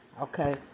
okay